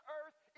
earth